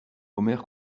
omer